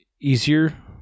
easier